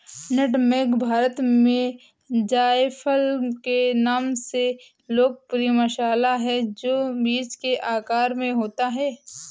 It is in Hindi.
नट मेग भारत में जायफल के नाम से लोकप्रिय मसाला है, जो बीज के आकार में होता है